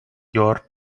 your